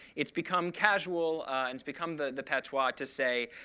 it's become casual and it's become the the patois to say,